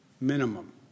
minimum